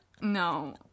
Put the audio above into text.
No